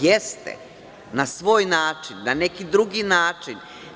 Jeste, na svoj način, na neki drugi način.